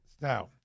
Now